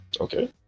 Okay